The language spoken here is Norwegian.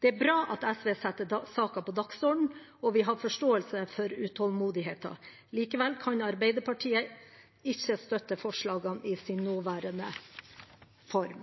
Det er bra at SV setter denne saken på dagsordenen, og vi har forståelse for utålmodigheten. Likevel kan ikke Arbeiderpartiet støtte forslagene i sin nåværende form.